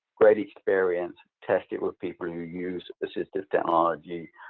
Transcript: great experience. test it with people who use assistive technology.